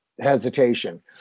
hesitation